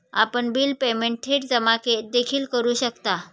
आपण bill payment थेट जमा देखील करू शकता